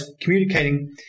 communicating